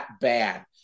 bad